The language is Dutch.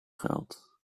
geld